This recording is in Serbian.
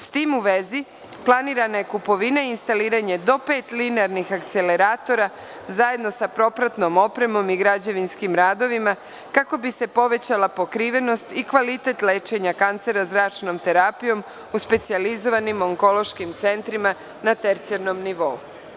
S tim u vezi, planirana je kupovina i instaliranje do pet linearnih akcelatora, zajedno za propratnom opremom i građevinskim radovima, kako bi se povećala pokrivenost i kvalitet lečenja zračnom terapijom, u specijalizovanim onkološkim centrima na tercijalnom nivou.